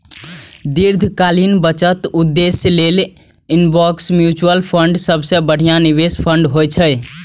दीर्घकालीन बचत उद्देश्य लेल इंडेक्स म्यूचुअल फंड सबसं बढ़िया निवेश फंड होइ छै